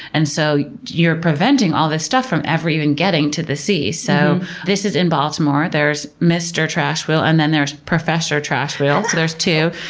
and so you're preventing all this stuff from ever even getting to the sea. so this is in baltimore. there's mister trash wheel and then there's professor trash wheel, so there's two.